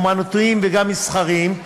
אמנותיים וגם מסחריים,